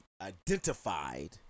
identified